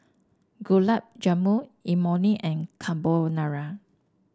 Gulab Jamun Imoni and Carbonara